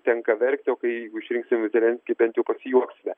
tenka verkti o kai jeigu išrinksim zelenskį bent jau pasijuoksime